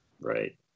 Right